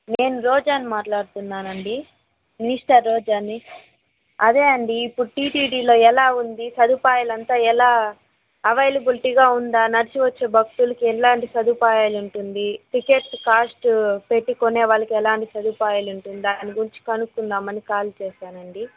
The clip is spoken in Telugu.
నేను రోజాని మాట్లాడుతున్నానండి మినిస్టర్ రోజాని అదే అండి ఇప్పుడు టీటీడీలో ఎలా ఉంది సదుపాయలంత ఎలా అవైలబిలిటీగా ఉందా నడిచి వచ్చే భక్తులకి ఎలాంటి సదుపాయాలు ఉంటుంది టికెట్ కాస్ట్ పెట్టి కొనేవాళ్లకి ఎలాంటి సదుపాయాలు ఉంటుంది దాని గురించి కనుక్కుందాం అని కాల్ చేసానండీ